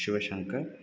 शिवशङ्करः